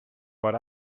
what